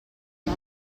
que